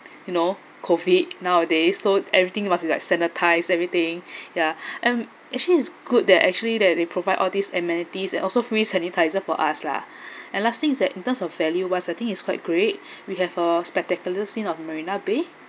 you know COVID nowadays so everything it must be like sanitised everything yeah and actually it's good that actually they they provide all these amenities and also free sanitisers for us lah and last things that in terms of value wise I think it's quite great we have a spectacular scene of marina bay